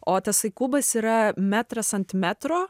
o tasai kubas yra metras ant metro